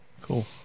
Cool